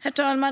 Herr talman!